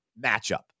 matchup